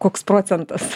koks procentas